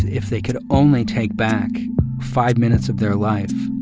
if they could only take back five minutes of their life,